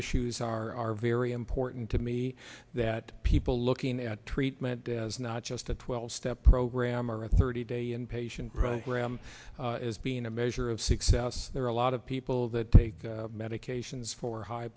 issues are very important to me that people looking at treatment as not just a twelve step program or a thirty day in patient right graham is being a measure of success there are a lot of people that take medications for high